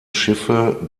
schiffe